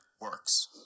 works